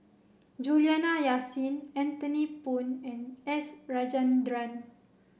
Juliana Yasin Anthony Poon and S Rajendran